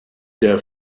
der